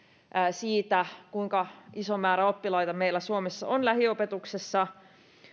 siitä kuinka iso määrä oppilaita meillä suomessa on lähiopetuksessa